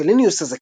פליניוס הזקן,